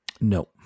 No